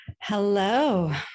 Hello